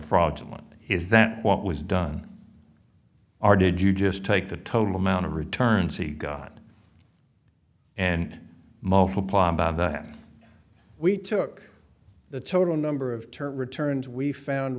fraudulent is that what was done are did you just take the total amount of returns he got and multiply by that we took the total number of term returns we found